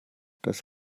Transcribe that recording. das